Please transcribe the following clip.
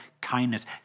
kindness